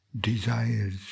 desires